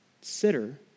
consider